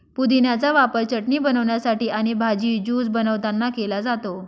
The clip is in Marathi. पुदिन्याचा वापर चटणी बनवण्यासाठी आणि भाजी, ज्यूस बनवतांना केला जातो